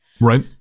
Right